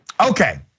Okay